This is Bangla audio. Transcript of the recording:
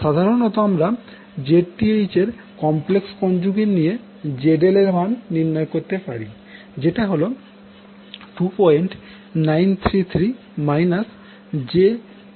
সাধারনত আমরা Zth এর কমপ্লেক্স কনজুগেট নিয়ে ZL মান নির্ণয় করতে পারি যেটা হল 2933 j 4467Ω